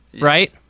right